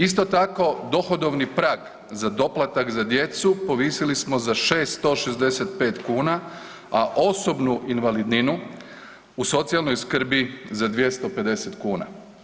Isto tako dohodovni prag za dohodak za djecu povisili smo za 665 kuna, a osobnu invalidninu u socijalnoj skrbi za 250 kuna.